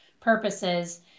purposes